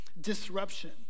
disruption